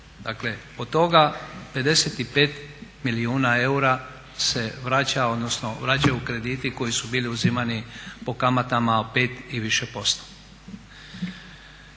Dakle, od toga 55 milijuna eura se vraća, odnosno vraćaju krediti koji su bili uzimani po kamatama 5 i više posto.